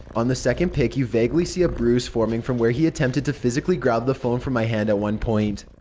on the second pic you vaguely see a bruise forming from where he attempted to physically grab the phone from my hand at one point.